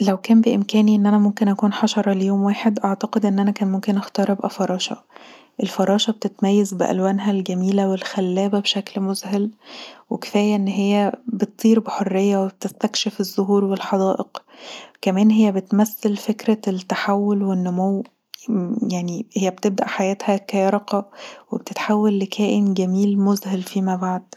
لو كان بإمكاني اني اكون حشرة ليوم واحد اعتقد ان انا كان ممكن اختار ابقي فراشة، الفراشة بتتميز بألوانها الجميلة والخلابه بشكل مذهل، وكفايه ان هيا بتطير بحريه وبتستكشف الزهور والحدائق، كمان هي بتمثل فكرة التحول والنمو يعني هي بتبدأ حياتها كيرقه وبتتحول لكائن جميل مذهل فيما بعد